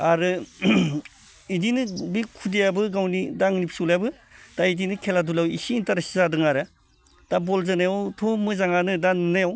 आरो इदिनो बे खुदियायाबो गावनि दा आंनि फिसौज्लायाबो दा इदिनो खेला धुलायाव एसे इन्ट्रेस्ट जादों आरो दा बल जोनायावबो मोजाङानो दा नुनायाव